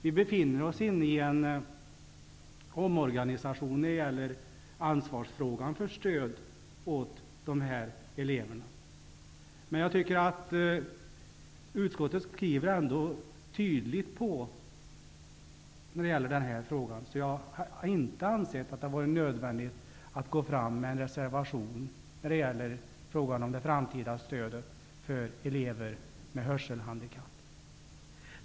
Vi befinner oss inne i en omorganisation av ansvaret för stöd åt de eleverna. Jag tycker att utskottet ändå skriver tydligt på den punkten, så jag har inte ansett det nödvändigt att gå fram med en reservation i frågan om det framtida stödet för elever med hörselhandikapp.